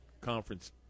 conference